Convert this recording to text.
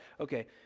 Okay